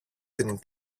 την